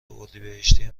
اردیبهشتی